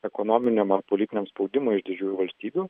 ekonominiam ar politiniam spaudimui iš didžiųjų valstybių